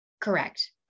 Correct